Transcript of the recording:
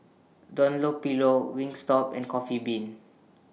Dunlopillo Wingstop and Coffee Bean